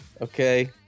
Okay